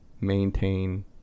maintain